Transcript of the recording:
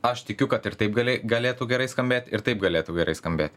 aš tikiu kad ir taip gali galėtų gerai skambėti ir taip galėtų gerai skambėti